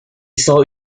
soll